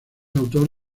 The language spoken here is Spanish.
autor